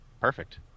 Perfect